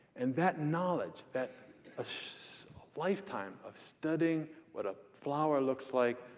and that knowledge, that ah so lifetime of studying what a flower looks like,